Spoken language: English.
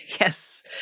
yes